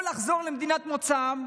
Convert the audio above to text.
או לחזור למדינת מוצאם,